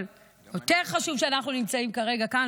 אבל יותר חשוב שאנחנו נמצאים כרגע כאן.